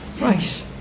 Right